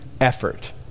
effort